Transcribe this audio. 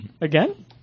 Again